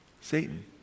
Satan